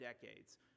decades